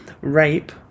rape